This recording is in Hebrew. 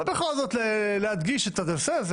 אבל בכל זאת להדגיש את הנושא הזה